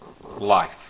life